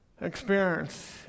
experience